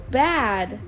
bad